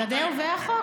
הגדר והחוק.